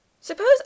Suppose